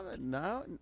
No